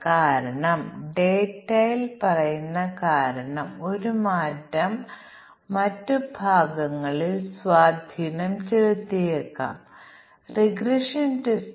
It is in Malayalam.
അതിനാൽ p 40 എന്ന് പറയാൻ നമുക്ക് p 1 p 2 വരെയുള്ള ഇൻപുട്ട് പാരാമീറ്റർ ഉണ്ട് ഓരോന്നും 1 അല്ലെങ്കിൽ 0 എടുക്കുന്നു